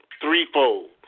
threefold